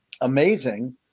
amazing